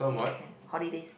if can holidays